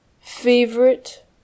favorite